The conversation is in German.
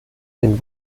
den